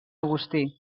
agustí